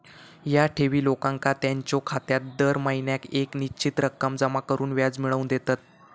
ह्या ठेवी लोकांका त्यांच्यो खात्यात दर महिन्याक येक निश्चित रक्कम जमा करून व्याज मिळवून देतत